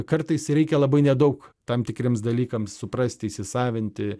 kartais reikia labai nedaug tam tikriems dalykams suprasti įsisavinti